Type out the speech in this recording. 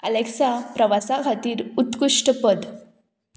Alexa प्रवासा खातीर उत्कृश्ट पद